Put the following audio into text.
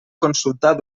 consultar